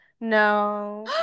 No